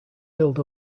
build